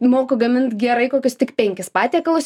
moku gamint gerai kokius tik penkis patiekalus